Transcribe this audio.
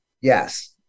yes